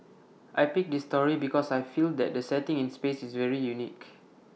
I picked this story because I feel that the setting in space is very unique